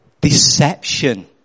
deception